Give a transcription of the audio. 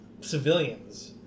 civilians